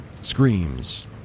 screams